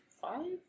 five